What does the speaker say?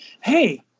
Hey